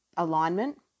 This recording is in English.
alignment